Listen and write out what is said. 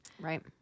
Right